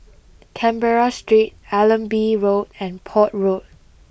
Canberra Street Allenby Road and Port Road